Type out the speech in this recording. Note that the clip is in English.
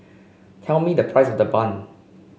tell me the price of the bun